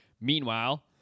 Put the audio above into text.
Meanwhile